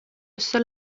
seul